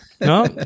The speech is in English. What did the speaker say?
no